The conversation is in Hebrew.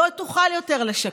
לא תוכל יותר לשקר.